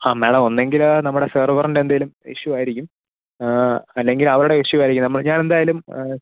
ആ മാഡം ഒന്നുകിൽ നമ്മുടെ സെർവറിൻ്റെ എന്തേലും ഇഷ്യു ആയിരിക്കും അല്ലെങ്കിൽ അവരുടെ ഇഷ്യു ആയിരിക്കും നമ്മൾ ഞാനെന്തായാലും ആ